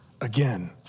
again